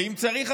ואם צריך,